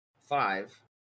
five